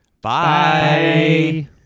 Bye